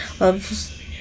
loves